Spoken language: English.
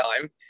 time